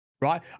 right